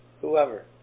Whoever